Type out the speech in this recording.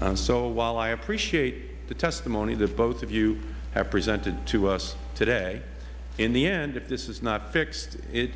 and so while i appreciate the testimony that both of you have presented to us today in the end if this is not fixed it